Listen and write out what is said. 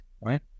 right